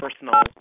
personal